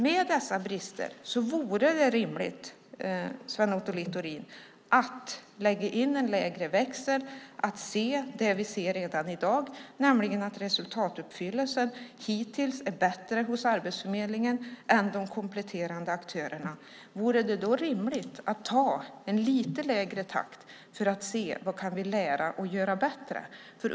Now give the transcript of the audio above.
Med dessa brister vore det rimligt, Sven Otto Littorin, att lägga in en lägre växel. Det gäller att se det vi ser redan i dag, nämligen att resultatuppfyllelsen hittills är bättre hos Arbetsförmedlingen än hos de kompletterande aktörerna. Vore det då inte rimligt att ha en lite lägre takt för att se: Vad kan vi lära och göra bättre?